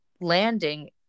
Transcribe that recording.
landing